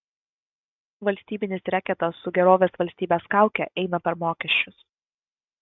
valstybinis reketas su gerovės valstybės kauke eina per mokesčius